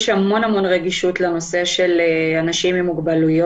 יש המון רגישות לנושא של אנשים עם מוגבלות.